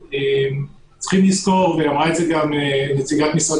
יש לזכור - ואמרה את זה גם נציגת משרד